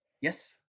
Yes